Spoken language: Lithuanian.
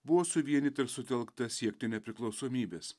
buvo suvienyta ir sutelkta siekti nepriklausomybės